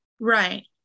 Right